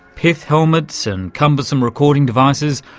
pith helmets and cumbersome recording devices,